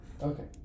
Okay